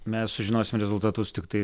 mes sužinosim rezultatus tiktai